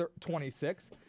26